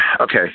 Okay